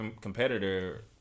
competitor